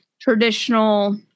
traditional